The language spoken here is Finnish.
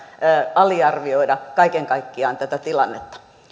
aliarvioida kaiken kaikkiaan tätä tilannetta